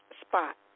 spot